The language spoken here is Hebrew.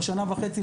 בשנה וחצי,